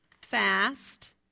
fast